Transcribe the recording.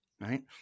right